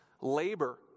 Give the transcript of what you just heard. Labor